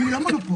אני לא מונופול.